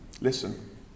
Listen